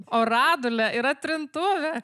o radulė yra trintuvė